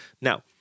Now